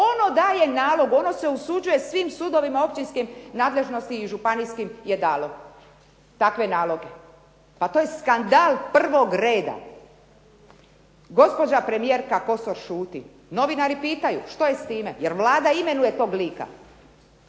Ono daje nalog, ono se usuđuje svim sudovima općinskim nadležnosti i županijskim je dalo takve naloge. Pa to je skandal prvog reda. Gospođa premijerka Kosor šuti, novinari pitaju što je s time, je'l Vlada imenuje tog lika.